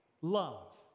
Love